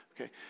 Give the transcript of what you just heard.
Okay